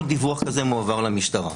כל דיווח כזה מועבר למשטרה.